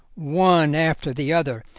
one after the other,